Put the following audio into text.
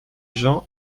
gens